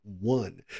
one